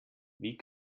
wie